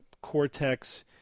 cortex